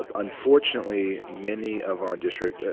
but unfortunately, many of our districts,